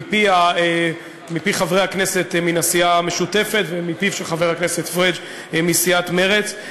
מפי חברי הכנסת מן הסיעה המשותפת ומפיו של חבר הכנסת פריג' מסיעת מרצ,